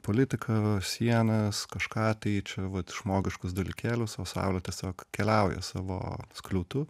politiką sienas kažką tai čia vat žmogiškus dalykėlius o saulė tiesiog keliauja savo skliautu